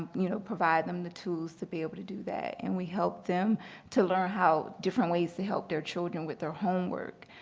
you know, provide them the tools to be able to do that. and we help them to learn how different ways to help their children with their homework.